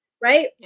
Right